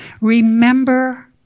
remember